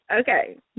Okay